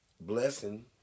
blessing